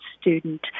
student